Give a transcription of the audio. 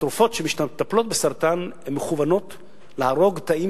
התרופות שמטפלות בסרטן מכוונות להרוג תאים